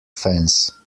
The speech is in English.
fence